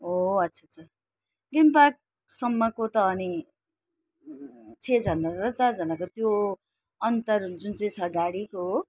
अच्छा अच्छा ग्रिन पार्कसम्मको त अनि छजना र चारजनाको त्यो अन्तर जुन चाहिँ छ गाडीको